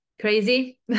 Crazy